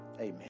Amen